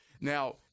Now